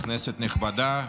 כנסת נכבדה,